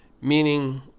Meaning